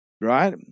Right